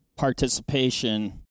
participation